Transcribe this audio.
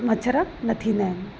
मच्छर न थींदा आहिनि